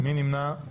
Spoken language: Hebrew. מי נמנע?